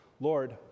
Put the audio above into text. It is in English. Lord